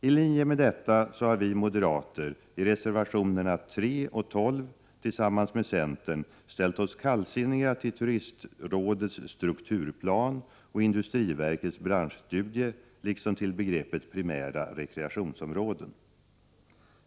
I linje med detta har vi moderater i reservationerna 3 och 12 tillsammans med centern ställt oss kallsinniga till turistrådets strukturplan och industriverkets branschstudier liksom till begreppet primära rekreationsområden.